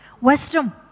Wisdom